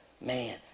man